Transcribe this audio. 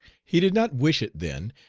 he did not wish it then,